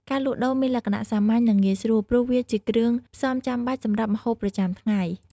ការលក់ដូរមានលក្ខណៈសាមញ្ញ និងងាយស្រួល ព្រោះវាជាគ្រឿងផ្សំចាំបាច់សម្រាប់ម្ហូបប្រចាំថ្ងៃ។